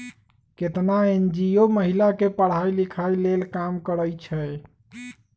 केतना एन.जी.ओ महिला के पढ़ाई लिखाई के लेल काम करअई छई